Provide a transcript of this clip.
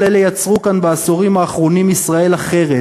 כל אלה יצרו כאן בעשורים האחרונים ישראל אחרת,